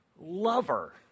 lover